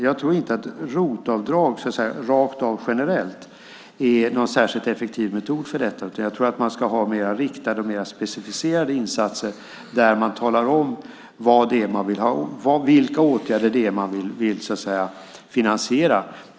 Jag tror inte att ROT-avdrag rakt av generellt är en särskilt effektiv metod för detta. Jag tror att man ska ha mer riktade och specificerade insatser där man talar om vilka åtgärder det är man vill finansiera.